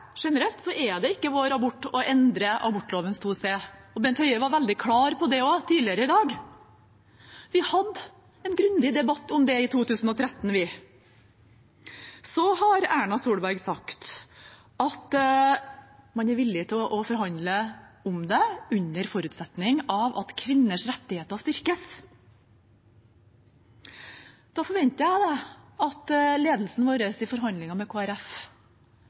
generelt er det ikke vårt ønske å endre abortloven § 2 c. Bent Høie var veldig klar på det tidligere i dag. Vi hadde en grundig debatt om det i 2013. Så har Erna Solberg sagt at man er villig til å forhandle om det under forutsetning av at kvinners rettigheter styrkes. Da forventer jeg at vår ledelse i forhandlingene med Kristelig Folkeparti faktisk sørger for det, at kvinners rettigheter styrkes hvis man skal gå med